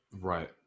Right